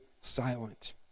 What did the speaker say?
silent